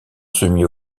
semi